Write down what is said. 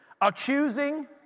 accusing